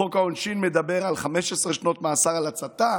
חוק העונשין מדבר על 15 שנות מאסר על הצתה.